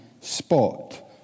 spot